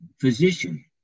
physician